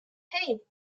hey